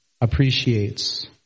appreciates